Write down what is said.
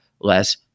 less